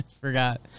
forgot